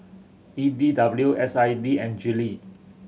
E D W S I D and Gillie